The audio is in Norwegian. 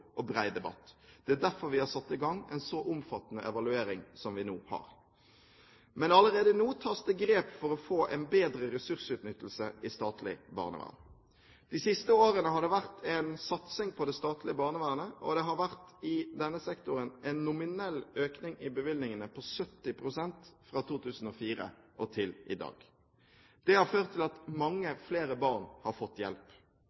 og bred debatt. Det er derfor vi har satt i gang en så omfattende evaluering som vi nå har. Men allerede nå tas det grep for å få en bedre ressursutnyttelse i statlig barnevern. De siste årene har det vært en satsing på det statlige barnevernet, og det har i denne sektoren vært en nominell økning i bevilgningene på 70 pst. fra 2004 til i dag. Det har ført til at mange flere barn har fått hjelp.